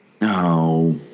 No